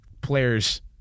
players